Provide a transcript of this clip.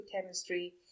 chemistry